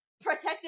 protective